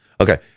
Okay